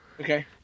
Okay